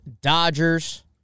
Dodgers